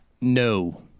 No